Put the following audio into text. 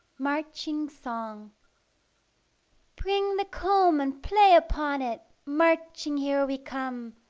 marching song bring the comb and play upon it! marching, here we come!